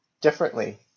differently